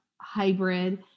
hybrid